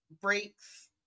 breaks